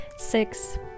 Six